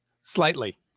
Slightly